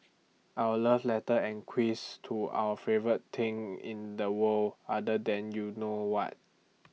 our love letter and quiz to our favourite thing in the world other than you know what